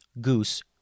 Goose